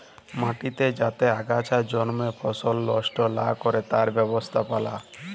মাটিতে যাতে আগাছা জল্মে ফসল লস্ট লা ক্যরে তার ব্যবস্থাপালা